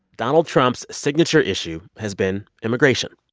donald trump's signature issue has been immigration.